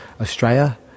australia